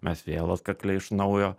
mes vėl atkakliai iš naujo